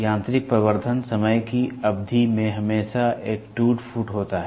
यांत्रिक प्रवर्धन समय की अवधि में हमेशा एक टूट फूट होता है